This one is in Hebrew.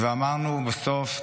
ואמרנו בסוף,